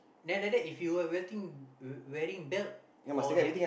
then like that if you were welting wearing belt or hand